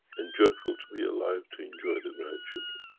and joyful to be alive, to enjoy the grandchildren.